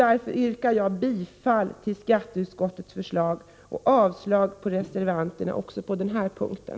Därför yrkar jag bifall till skatteutskottets hemställan och avslag på reservanternas förslag även på den här punkten.